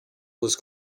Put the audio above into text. was